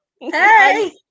Hey